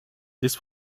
this